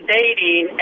dating